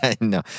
No